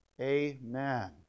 Amen